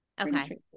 Okay